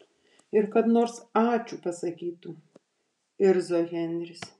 ir kad nors ačiū pasakytų irzo henris